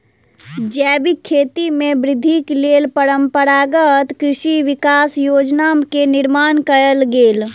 जैविक खेती में वृद्धिक लेल परंपरागत कृषि विकास योजना के निर्माण कयल गेल